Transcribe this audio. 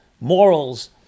morals